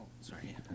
Sorry